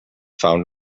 found